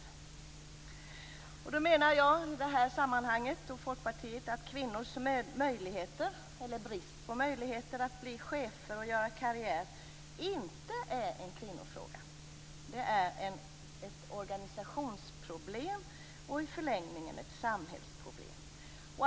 Jag och Folkpartiet menar i det här sammanhanget att kvinnors möjligheter, eller brist på möjligheter, att bli chefer och göra karriär inte är en kvinnofråga. Det är ett organisationsproblem och i förlängningen ett samhällsproblem.